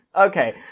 okay